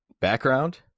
Background